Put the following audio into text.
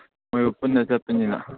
ꯃꯣꯏꯒ ꯄꯨꯟꯅ ꯆꯠꯄꯅꯤꯅ